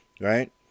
Right